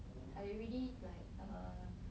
I already like err